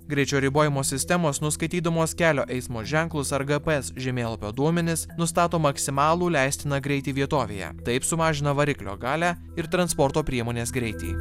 greičio ribojimo sistemos nuskaitydamos kelio eismo ženklus ar gps žemėlapio duomenis nustato maksimalų leistiną greitį vietovėje taip sumažina variklio galią ir transporto priemonės greitį